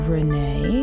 Renee